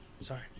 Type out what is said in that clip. Sorry